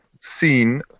seen